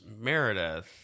Meredith